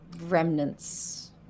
remnants